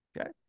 Okay